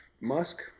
musk